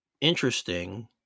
interesting